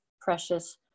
precious